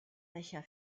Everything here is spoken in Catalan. deixar